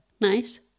Nice